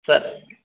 sir